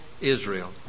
Israel